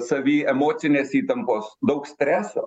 savy emocinės įtampos daug streso